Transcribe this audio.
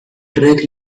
track